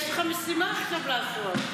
יש לך משימה עכשיו לעשות.